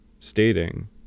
Stating